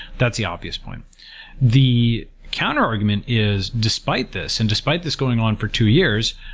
that's the obvious point the counterargument is despite this, and despite this going on for two years,